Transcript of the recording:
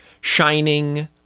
shining